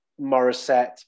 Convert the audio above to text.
Morissette